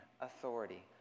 authority